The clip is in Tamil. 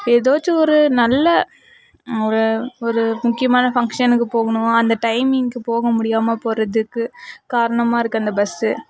எதாச்சும் ஒரு நல்ல ஒரு ஒரு முக்கியமான ஃபங்ஷனுக்கு போகணும் அந்த டைமிங்க்கு போகமுடியாமல் போகிறதுக்கு காரணமாக இருக்கு அந்த பஸ்ஸு